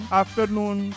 afternoon